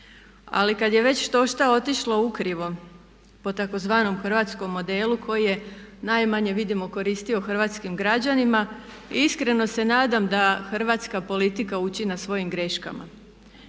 Ali kad je već štošta otišlo u krivo po tzv. hrvatskom modelu koji je najmanje vidimo koristio hrvatskim građanima i iskreno se nadam da hrvatska politika uči na svojim greškama.